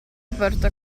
porta